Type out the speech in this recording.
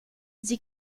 sie